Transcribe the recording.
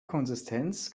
konsistenz